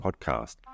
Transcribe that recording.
podcast